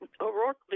O'Rourke